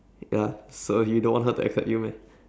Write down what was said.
ya so you don't want her to accept you meh